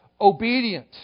obedient